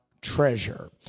treasure